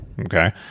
Okay